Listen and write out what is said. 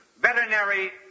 Veterinary